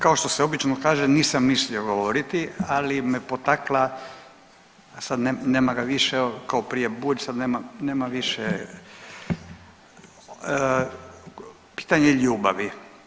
Kao što se obično kaže nisam mislio govoriti, ali me potakla sad nema ga više kao prije Bulj, sad nema više, pitanje ljubavi.